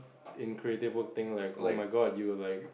in creative work think like oh my god you are like